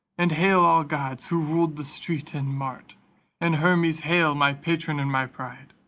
and hail, all gods who rule the street and mart and hermes hail! my patron and my pride,